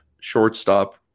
shortstop